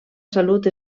salut